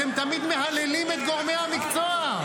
אתם תמיד מהללים את גורמי המקצוע.